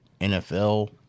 NFL